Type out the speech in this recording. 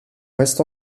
reste